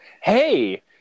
hey